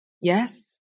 Yes